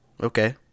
Okay